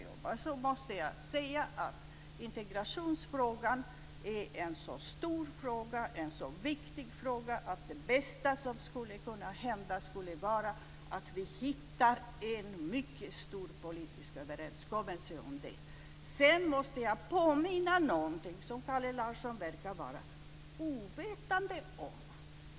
Jag måste säga att integrationsfrågan är en så stor och viktig fråga att det bästa som skulle kunna hända skulle vara att vi hittar en mycket stor politisk överenskommelse om det. Sedan måste jag påminna om någonting som Kalle Larsson verkar vara ovetande om.